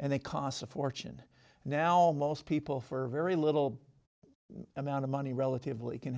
and they cost a fortune now most people for very little amount of money relatively can